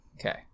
Okay